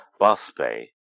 Baspe